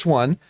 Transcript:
one